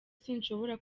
sinshobora